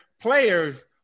Players